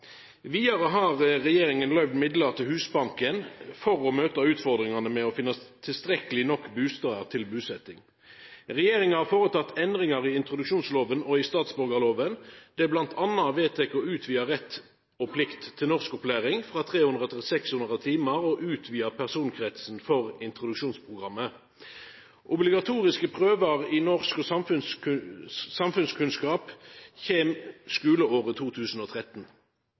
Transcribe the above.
Vidare har regjeringa løyvd midlar til Husbanken for å møta ufordringane med å finna tilstrekkeleg nok bustader til busetjing. Regjeringa har foreteke endringar i introduksjonsloven og i statsborgarloven. Det er m.a. vedteke å utvida rett og plikt til norskopplæring frå 300 til 600 timar og å utvida personkretsen for introduksjonsprogrammet. Obligatoriske prøver i norsk og samfunnskunnskap kjem skuleåret 2013.